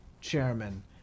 chairman –